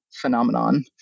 phenomenon